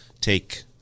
Take